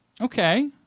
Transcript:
Okay